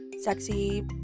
sexy